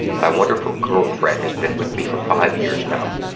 my wonderful girlfriend has been with me for five years now,